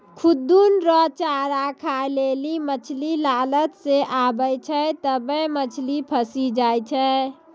खुद्दन रो चारा खाय लेली मछली लालच से आबै छै तबै मछली फंसी जाय छै